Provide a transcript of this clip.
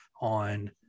on